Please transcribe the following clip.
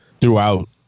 throughout